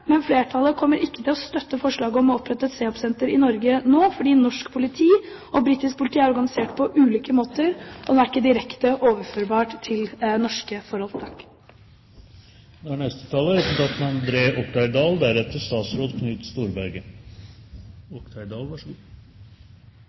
Men flertallet kommer ikke til å støtte forslaget om å opprette et CEOP-senter i Norge nå. Norsk politi og britisk politi er organisert på ulike måter, og det er ikke direkte overførbart til norske forhold.